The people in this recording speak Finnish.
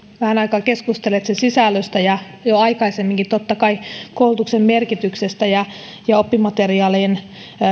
vähän aikaa keskustelleet sen sisällöstä ja jo aikaisemminkin totta kai koulutuksen merkityksestä ja ja oppimateriaalien